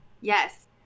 Yes